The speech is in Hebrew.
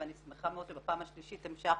ואני שמחה מאוד שבפעם השלישית המשכנו,